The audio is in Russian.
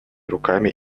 руками